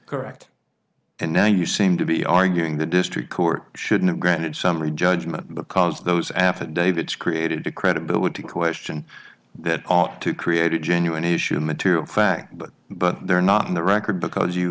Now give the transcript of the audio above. correct and now you seem to be arguing the district court shouldn't granted summary judgment because those affidavits created a credibility question that ought to create a genuine issue of material fact but but they're not on the record because you